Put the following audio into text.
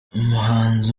umuhanzi